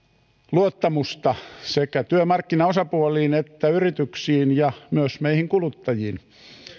luottamusta sekä työmarkkinaosapuoliin että yrityksiin ja myös meihin kuluttajiin